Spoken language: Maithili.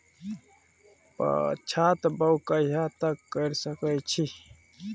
पछात बौग कहिया तक के सकै छी?